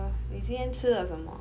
你今天吃了什么